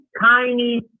tiny